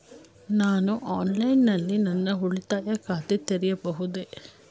ನಾನು ಆನ್ಲೈನ್ ನಲ್ಲಿ ನನ್ನ ಉಳಿತಾಯ ಖಾತೆ ತೆರೆಯಬಹುದೇ?